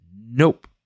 nope